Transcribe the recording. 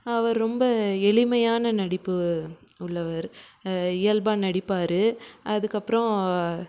அவர் ரொம்ப எளிமையான நடிப்பு உள்ளவர் இயல்பாக நடிப்பார் அதுக்கப்புறம்